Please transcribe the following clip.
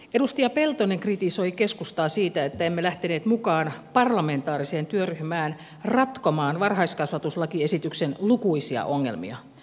edustaja peltonen kritisoi keskustaa siitä että emme lähteneet mukaan parlamentaariseen työryhmään ratkomaan varhaiskasvatuslakiesityksen lukuisia ongelmia